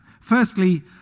firstly